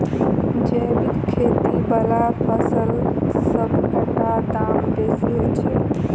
जैबिक खेती बला फसलसबक हाटक दाम बेसी होइत छी